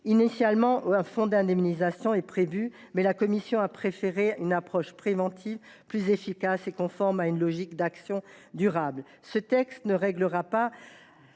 Initialement, un fonds d’indemnisation était prévu, mais la commission a préféré une approche préventive, plus efficace et conforme à une logique d’action durable. Ce texte ne réglera pas